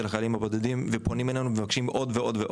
החיילים הבודדים ופונים אלינו ומבקשים עוד ועוד,